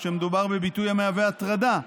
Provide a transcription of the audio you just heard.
כשמדובר בביטוי המהווה הטרדה,